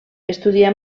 estudià